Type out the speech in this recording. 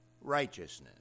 righteousness